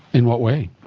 in what way?